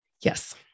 Yes